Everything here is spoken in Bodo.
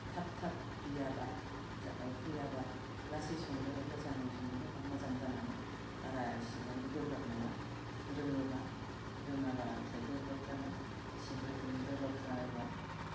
थाब थाब बियाबा जा उखैयाबा लासै संनो मोजाङै संनो होबा मोजां जालाङो बारा एसेग्रामबो गोब्राब नङा रोङोबा रोङाबासो गोब्राब जागोन एसेग्राम गोब्राब जाया